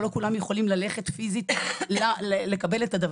אבל לא כולם יכולים ללכת פיזית לקבל את זה.